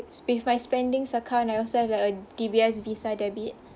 with my spendings account I also have like a D_B_S Visa debit